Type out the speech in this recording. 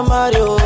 Mario